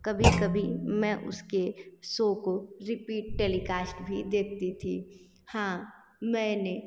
कभी कभी मैं उसके सो को रिपीट टेलीकास्ट भी देखती थी हाँ मैंने